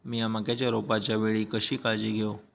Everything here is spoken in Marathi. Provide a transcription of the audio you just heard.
मीया मक्याच्या रोपाच्या वेळी कशी काळजी घेव?